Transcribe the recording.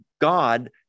God